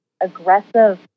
aggressive